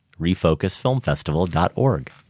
refocusfilmfestival.org